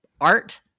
art